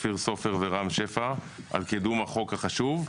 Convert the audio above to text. אופיר סופר ורם שפע על קידום החוק החשוב.